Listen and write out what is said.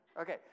okay